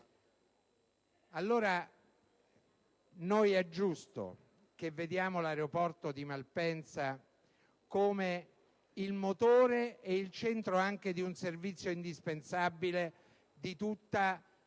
Fiumicino. È giusto quindi che vediamo l'aeroporto di Malpensa come il motore e il centro di un servizio indispensabile, di tutto